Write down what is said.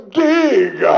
dig